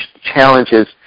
challenges